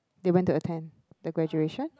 they went to attend the graduation